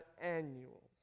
annuals